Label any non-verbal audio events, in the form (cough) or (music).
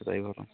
(unintelligible)